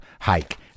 hike